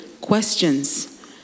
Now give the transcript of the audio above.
questions